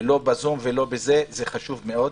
ולא בזום, זה חשוב מאוד.